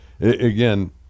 again